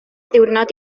ddiwrnod